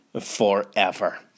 forever